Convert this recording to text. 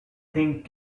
thing